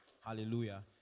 hallelujah